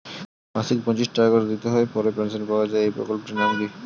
মাসিক পঁচিশ টাকা করে দিতে হয় পরে পেনশন পাওয়া যায় এই প্রকল্পে টির নাম কি?